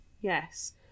Yes